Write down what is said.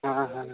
हां हां